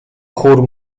chór